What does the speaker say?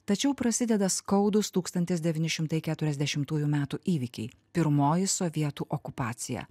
tačiau prasideda skaudūs tūkstantis devyni šimtai keturiasdešimtųjų metų įvykiai pirmoji sovietų okupacija